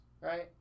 right